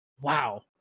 wow